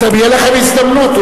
תהיה לכם הזדמנות.